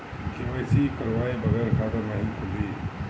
KYC करवाये बगैर खाता नाही खुली?